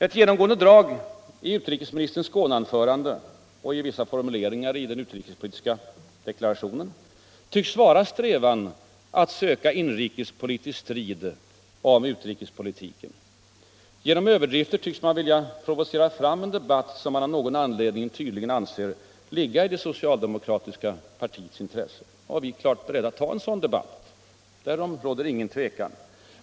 Det genomgående draget i utrikesministerns Skåneanförande och i vissa formuleringar i den utrikespolitiska deklarationen tycks vara strävan att söka inrikespolitisk strid om utrikespolitiken. Genom överdrifter tycks man vilja provocera fram en debatt som man av någon anledning tydligen anser ligga i det socialdemokratiska partiets intresse. Vi är klart beredda att ta en sådan debatt. Därom råder ingen tvekan.